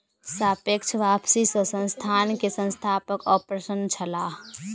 सापेक्ष वापसी सॅ संस्थान के संस्थापक अप्रसन्न छलाह